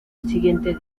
siguiente